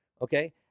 okay